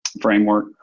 framework